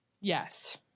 Yes